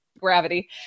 gravity